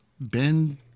Ben